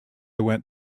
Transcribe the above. went